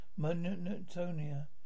Monotonia